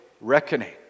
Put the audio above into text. reckoning